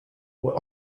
were